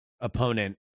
opponent